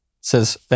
Says